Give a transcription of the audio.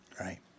Right